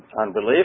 unbelief